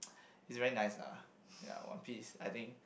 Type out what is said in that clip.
his very nice lah ya one piece I think